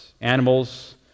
Animals